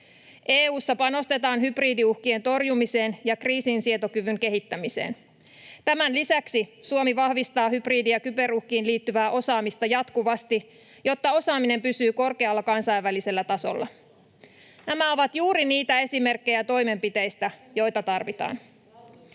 EU:ssa panostetaan hybridiuhkien torjumiseen ja kriisinsietokyvyn kehittämiseen. Tämän lisäksi Suomi vahvistaa hybridi- ja kyberuhkiin liittyvää osaamista jatkuvasti, jotta osaaminen pysyy korkealla kansainvälisellä tasolla. Nämä ovat juuri niitä esimerkkejä toimenpiteistä, joita tarvitaan.